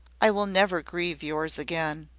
i will never grieve yours again.